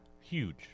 Huge